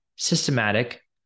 systematic